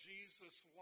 Jesus